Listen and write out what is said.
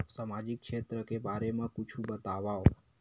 सामाजिक क्षेत्र के बारे मा कुछु बतावव?